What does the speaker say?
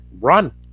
run